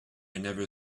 never